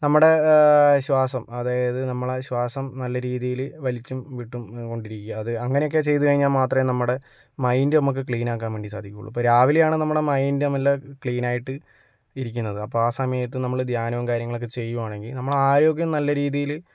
നമ്മുടെ ശ്വാസം അതായത് നമ്മുടെ ശ്വാസം നല്ല രീതിയില് വലിച്ചും വിട്ടും കൊണ്ടിരിക്കുക അത് അങ്ങനെയൊക്കെ ചെയ്തു കഴിഞ്ഞാൽ മാത്രമേ നമ്മുടെ മൈന്ഡ് നമുക്ക് ക്ലീന് ആക്കാന് വേണ്ടി സാധിക്കുകയുള്ളൂ ഇപ്പം രാവിലെ ആണ് നമ്മുടെ മൈന്ഡും എല്ലാം ക്ലീനായിട്ട് ഇരിക്കുന്നത് അപ്പം ആ സമയത്ത് നമ്മൾ ധ്യാനവും കാര്യങ്ങളൊക്കെ ചെയ്യുകയാണെങ്കിൽ നമ്മൾ ആരോഗ്യം നല്ല രീതിയിൽ